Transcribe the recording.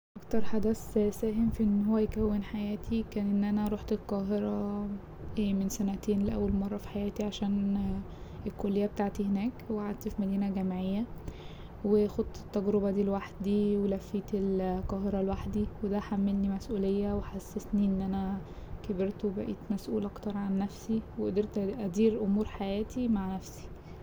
اكتر حدث ساهم في ان هو يكون حياتي كان ان انا روحت القاهرة من سنتين لأول مرة في حياتي عشان الكلية بتاعتي هناك وقعدت في مدينة جامعية وخوضت التجربة دي لوحدي ولفيت القاهرة لوحدي وده حملني مسئولية وحسسني إني أنا كبرت وبقيت مسئولة أكترعن نفسي وقدرت أ- أدير أمور حياتي مع نفسي.